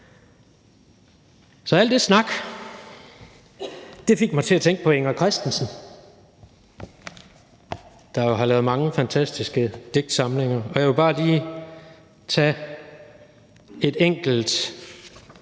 Så al den snak fik mig til at tænke på Inger Christensen, der jo har lavet mange fantastiske digtsamlinger. Og jeg vil bare lige tage et enkelt